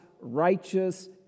righteous